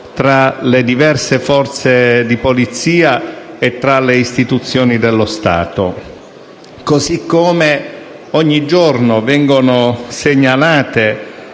tra le diverse forze di polizia e tra le istituzioni dello Stato. Allo stesso modo, ogni giorno vengono segnalate